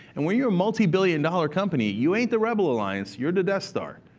and when you're a multibillion dollar company, you ain't the rebel alliance, you're the death star.